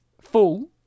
full